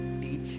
teach